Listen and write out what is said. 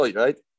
right